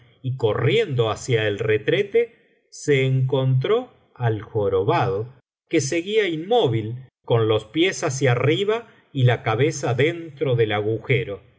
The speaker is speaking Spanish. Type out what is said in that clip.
y corriendo hacia el retrete se encontró al jorobado que seguía inmóvil con los pies hacia arriba y la cabeza dentro del agujero